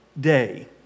day